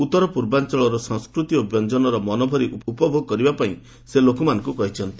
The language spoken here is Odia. ଉତ୍ତର ପୂର୍ବାଞ୍ଚଳର ସଂସ୍କୃତି ଏବଂ ବ୍ୟଞ୍ଜନର ମନଭରି ଉପଭୋଗ କରିବା ପାଇଁ ସେ ଲୋକମାନଙ୍କୁ କହିଛନ୍ତି